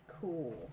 cool